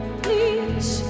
please